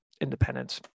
independence